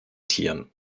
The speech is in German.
tieren